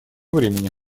времени